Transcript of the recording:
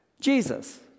Jesus